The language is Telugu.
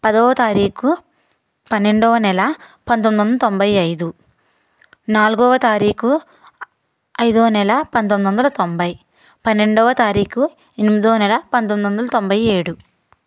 పదో తారీఖు పన్నెండో నెల పంతొమ్మిది వందల తొంభై ఐదు నాలుగో తారీఖు ఐదో నెల పంతొమ్మిది వందల తొంభై పన్నెండవ తారీఖు ఎనిమిదో నెల పంతొమ్మిది వందల తొంభై ఏడు